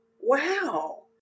Wow